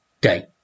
day